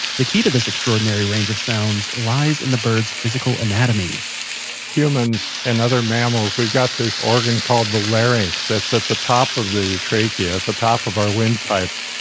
the key to this extraordinary range of sounds lies in the bird's physical anatomy humans and other mammals, we've got this organ called the larynx that's at the top of the trachea, at the top of our windpipe.